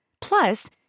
Plus